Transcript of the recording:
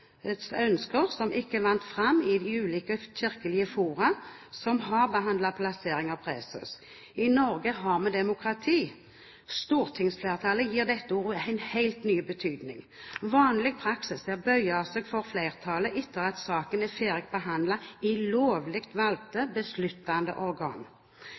ønsker som ikke vant fram i de ulike kirkelige fora som har behandlet plassering av preses. I Norge har vi demokrati. Stortingsflertallet gir dette ordet en helt ny betydning. Vanlig praksis er å bøye seg for flertallet, etter at saken er ferdig behandlet i de lovlig valgte besluttende organ.